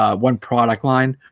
ah one product line